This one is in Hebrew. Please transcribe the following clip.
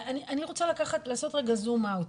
אני רוצה לעשות רגע זום-אאוט.